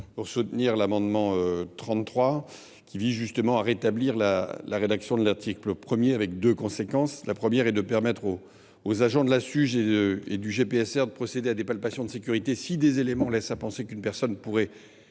quelques instants et qui vise justement à rétablir la rédaction de l’article 1 dans sa version initiale, avec deux conséquences. La première est de permettre aux agents de la Suge et du GPSR de procéder à des palpations de sécurité si des éléments laissent à penser qu’une personne pourrait